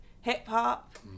hip-hop